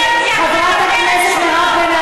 חברת הכנסת איילת נחמיאס ורבין.